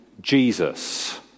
Jesus